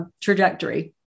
trajectory